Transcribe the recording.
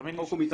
החוק.